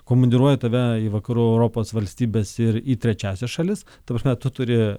komandiruoju tave į vakarų europos valstybes ir į trečiąsias šalis ta prasme tu turi